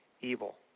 evil